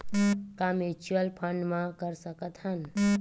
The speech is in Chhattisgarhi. का म्यूच्यूअल फंड म कर सकत हन?